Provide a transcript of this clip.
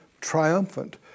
triumphant